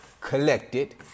collected